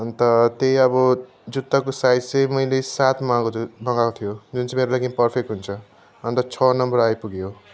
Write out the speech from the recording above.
अन्त त्यही अब जुत्ताको साइज चाहिँ मैले सात मगाएको थियो मगाएको थियो जुन चाहिँ मेरो लागि पर्फेक्ट हुन्छ अन्त छ नम्बर आइपुग्यो